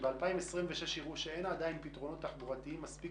כשב-2026 יראו שאין עדיין פתרונות תחבורתיים מספיק